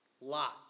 Lot